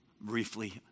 briefly